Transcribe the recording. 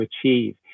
achieve